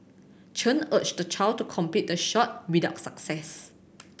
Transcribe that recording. Chen urged the child to complete the shot without success